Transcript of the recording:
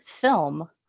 film